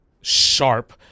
sharp